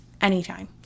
anytime